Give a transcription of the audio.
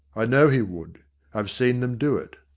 i know he would i've seen them do it.